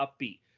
upbeat